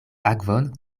akvon